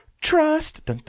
trust